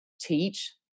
teach